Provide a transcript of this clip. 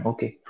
Okay